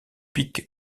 pic